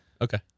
Okay